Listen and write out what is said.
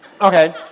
Okay